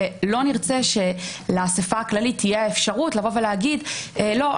ולא נרצה שלאסיפה הכללית תהיה האפשרות לבוא ולהגיד לא,